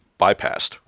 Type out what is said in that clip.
bypassed